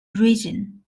region